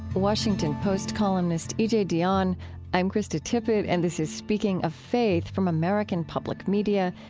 washington post columnist e j. dionne i'm krista tippett and this is speaking of faith from american public media.